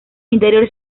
interior